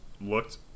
looked